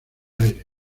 aires